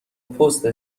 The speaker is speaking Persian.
پست